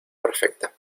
perfecta